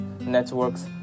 networks